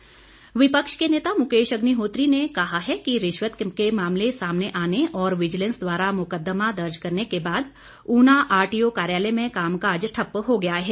अग्निहोत्री विपक्ष के नेता मुकेश अग्निहोत्री ने कहा है कि रिश्वत के मामले सामने आने और विजिलेंस द्वारा मुकदमा दर्ज करने के बाद ऊना आरटीओ कार्यालय में कामकाज ठप हो गया है